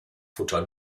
futter